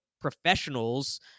professionals